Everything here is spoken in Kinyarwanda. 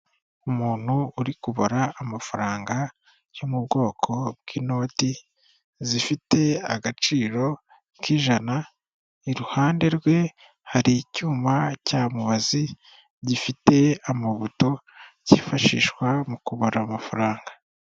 Umuntu uri kubara amafaranga yo mu bwoko bw'inoti zifite agaciro k'ijana, iruhande rwe hari icyuma cya mubazi gifite amabuto, kifashishwa mu kubara amafaranga.